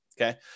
Okay